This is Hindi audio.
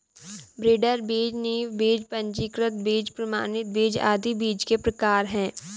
ब्रीडर बीज, नींव बीज, पंजीकृत बीज, प्रमाणित बीज आदि बीज के प्रकार है